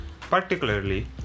particularly